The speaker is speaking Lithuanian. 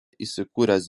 įsikūręs